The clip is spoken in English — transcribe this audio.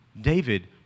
David